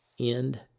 End